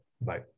Bye